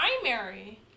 primary